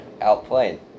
outplayed